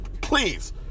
please